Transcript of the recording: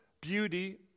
beauty